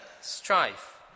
strife